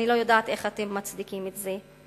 אני לא יודעת איך אתם מצדיקים את זה.